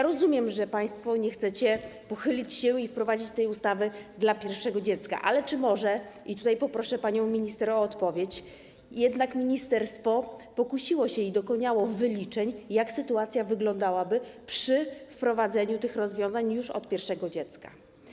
Rozumiem, że państwo nie chcecie pochylić się i wprowadzić tej ustawy dla rodzin z pierwszym dzieckiem, ale czy może - i tu poproszę panią minister o odpowiedź - jednak ministerstwo pokusiło się i dokonało wyliczeń, jak sytuacja wyglądałaby przy wprowadzeniu tych rozwiązań już od pierwszego dziecka?